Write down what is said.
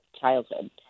childhood